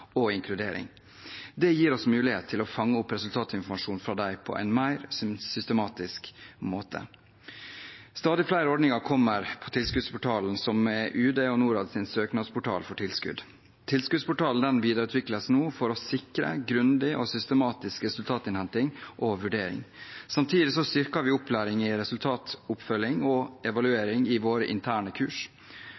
og inkludering. Det gir oss mulighet til å fange opp resultatinformasjon fra dem på en mer systematisk måte. Stadig flere ordninger kommer på Tilskuddsportalen, som er Utenriksdepartementet og Norads søknadsportal for tilskudd. Tilskuddsportalen videreutvikles nå for å sikre grundig og systematisk resultatinnhenting og vurdering. Samtidig styrker vi opplæring i resultatoppfølging og